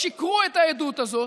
שיקרו בעדות הזאת.